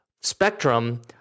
spectrum